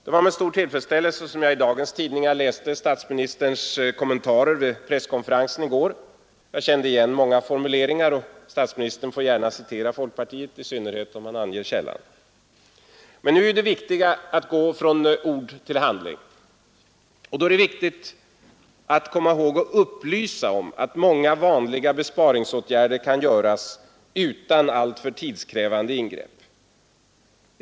Det var med stor tillfredsställelse som jag i dagens tidningar läste statsministerns kommentarer vid presskonferensen i går. Jag kände igen många formuleringar. Statsministern får gärna citera folkpartiet, i synnerhet om han anger källan. Men nu är det betydelsefullt att gå från ord till handling, och då är det viktigt att komma ihåg att upplysa om att många vanliga besparingsåtgärder kan göras utan alltför tidskrävande ingrepp.